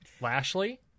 Lashley